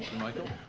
michael.